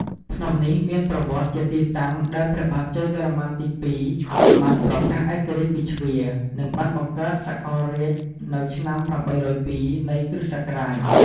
ភ្នំនេះមានប្រវត្តិ ជាទីតាំងដែលព្រះបាទជ័យវរ្ម័នទី២ បានប្រកាសឯករាជ្យពីជ្វា និងបានបង្កើតសកលរាជ្យនៅឆ្នាំ ៨០២ នៃគ.ស.។